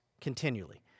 continually